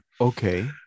okay